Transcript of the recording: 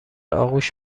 آغوش